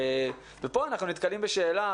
ופה אנחנו נתקלים בשאלה,